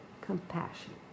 compassion